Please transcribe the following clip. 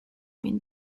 been